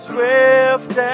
Swift